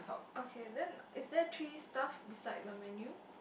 okay then is there three stuff beside the menu